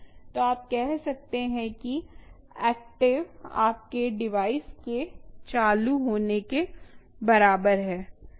तो आप कह सकते हैं कि एक्टिव आपके डिवाइस के चालू होने के बराबर है